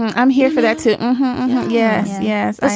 i'm here for that too yes. yes.